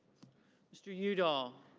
mr. udall.